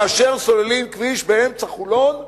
כאשר סוללים כביש באמצע חולון,